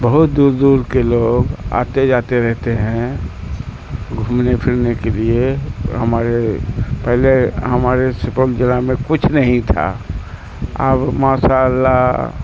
بہت دور دور کے لوگ آتے جاتے رہتے ہیں گھومنے پھرنے کے لیے ہمارے پہلے ہمارے سپول ضلع میں کچھ نہیں تھا اب ماشاء اللہ